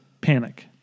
panic